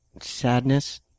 sadness